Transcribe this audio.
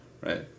right